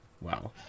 Wow